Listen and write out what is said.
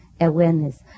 awareness